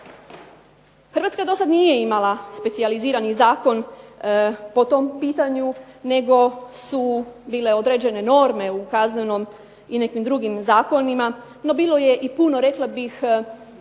Hrvatska dosad nije imala specijalizirani zakon po tom pitanju, nego su bile određene norme u kaznenom, i nekim drugim zakonima, no bilo je i puno rekla bih